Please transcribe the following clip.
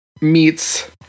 meets